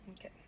okay